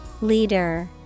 Leader